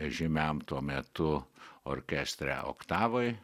žymiam tuo metu orkestre oktavoj